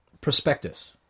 prospectus